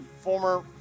Former